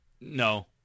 No